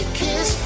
kiss